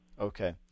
Okay